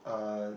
uh